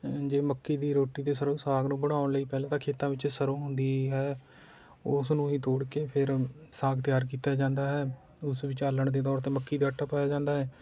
ਜੇ ਮੱਕੀ ਦੀ ਰੋਟੀ ਅਤੇ ਸਰ੍ਹੋਂ ਦੇ ਸਾਗ ਨੂੰ ਬਣਾਉਣ ਲਈ ਪਹਿਲਾਂ ਤਾਂ ਖੇਤਾਂ ਵਿੱਚੋ ਸਰ੍ਹੋਂ ਹੁੰਦੀ ਹੈ ਉਸ ਨੂੰ ਹੀ ਤੋੜ ਕੇ ਫਿਰ ਸਾਗ ਤਿਆਰ ਕੀਤਾ ਜਾਂਦਾ ਹੈ ਉਸ ਵਿੱਚ ਆਲ਼ਣ ਦੇ ਤੌਰ 'ਤੇ ਮੱਕੀ ਦਾ ਆਟਾ ਪਾਇਆ ਜਾਂਦਾ ਹੈ